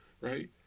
right